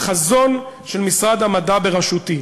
החזון של משרד המדע בראשותי,